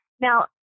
Now